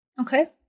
Okay